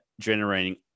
generating